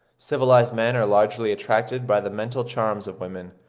civilised men are largely attracted by the mental charms of women,